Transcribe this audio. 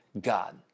God